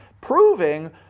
proving